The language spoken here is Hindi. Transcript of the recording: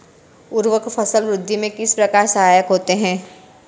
उर्वरक फसल वृद्धि में किस प्रकार सहायक होते हैं?